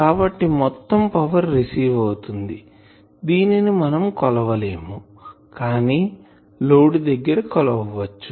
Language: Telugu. కాబట్టి మొత్తం పవర్ రిసీవ్ అవుతుంది దీని మనం కొలవలేము కానీ లోడ్ దగ్గర కొలవచ్చు